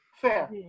fair